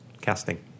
casting